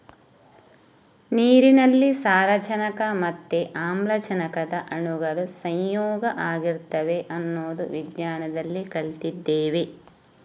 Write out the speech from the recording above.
ನೀರಿನಲ್ಲಿ ಸಾರಜನಕ ಮತ್ತೆ ಆಮ್ಲಜನಕದ ಅಣುಗಳು ಸಂಯೋಗ ಆಗಿರ್ತವೆ ಅನ್ನೋದು ವಿಜ್ಞಾನದಲ್ಲಿ ಕಲ್ತಿದ್ದೇವೆ